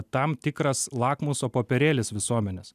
tam tikras lakmuso popierėlis visuomenės